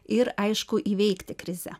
ir aišku įveikti krizę